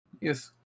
Yes